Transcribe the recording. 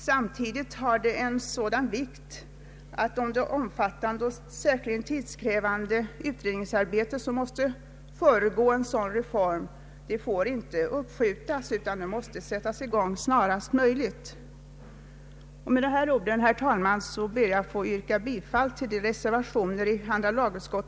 Samtidigt är den av så stor vikt, att det omfattande och särskilt tidskrävande utredningsarbete som måste föregå densamma inte får uppskjutas utan måste sättas i gång snarast möjligt.